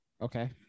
Okay